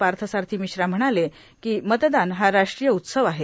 path Sarathi Mishra म्हणाले कां मतदान हा राष्ट्रीय उत्सव आहे